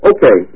Okay